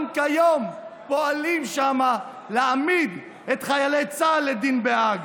גם כיום פועלים שם להעמיד את חיילי צה"ל לדין בהאג.